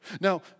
Now